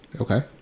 Okay